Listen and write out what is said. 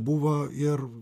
buvo ir